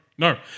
No